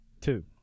two